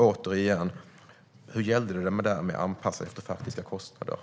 Återigen: Hur var det där med att anpassa avgiften efter faktiska kostnader?